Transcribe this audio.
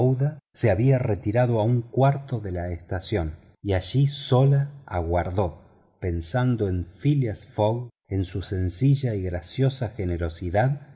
se había retirado a un cuarto de la estación y allí sola aguardó pensando en phileas fogg en su sencilla y graciosa generosidad